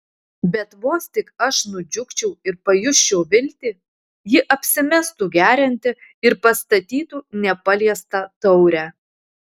bet vos tik aš nudžiugčiau ir pajusčiau viltį ji apsimestų gerianti ir pastatytų nepaliestą taurę